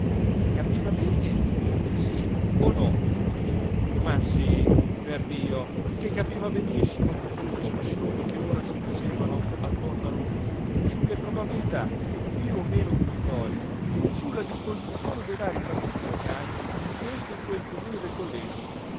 straordinario capiva bene sì o no ma sì perdio che capiva benissimo tutte le discussioni che ora si facevano attorno a lui su le probabilità più o meno di vittoria sulla disposizione dei varii partiti locali in questo e in quel comune del collegio